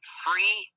free